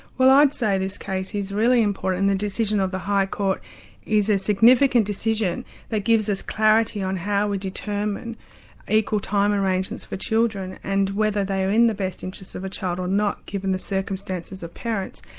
well i'd say this case is really important. the decision of the high court is a significant decision that gives us clarity on how we determine equal time arrangements for children, and whether they are in the best interests of a child or not, given the circumstances of parents.